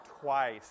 Twice